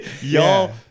Y'all